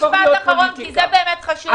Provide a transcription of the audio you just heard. רק משפט אחרון, זה באמת חשוב.